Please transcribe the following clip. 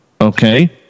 okay